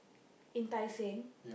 in Tai Seng